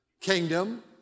kingdom